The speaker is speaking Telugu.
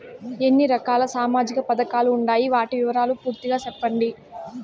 ఎన్ని రకాల సామాజిక పథకాలు ఉండాయి? వాటి వివరాలు పూర్తిగా సెప్పండి?